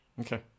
Okay